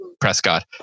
Prescott